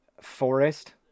Forest